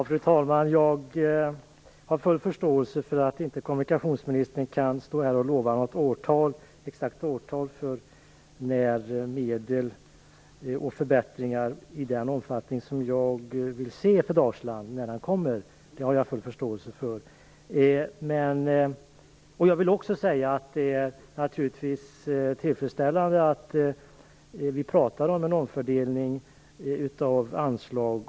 Fru talman! Jag har full förståelse för att kommunikationsministern nu inte kan ange något exakt årtal för när det kan komma medel och förbättringar i den omfattning som jag vill se för Dalsland. Jag vill också säga att det är tillfredsställande att vi talar om en omfördelning av anslag.